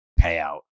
payout